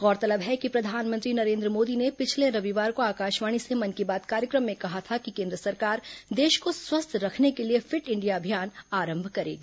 गौरतलब है कि प्रधानमंत्री नरेन्द्र मोदी ने पिछले रविवार को आकाशवाणी से मन की बात कार्यक्रम में कहा था कि केन्द्र सरकार देश को स्वस्थ रखने के लिए फिट इंडिया अभियान आरंभ करेगी